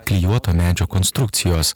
klijuoto medžio konstrukcijos